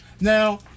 now